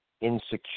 Insecure